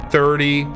Thirty